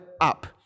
up